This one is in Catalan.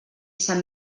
sant